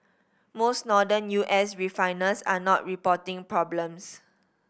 most Northern U S refiners are not reporting problems